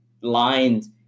lines